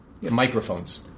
microphones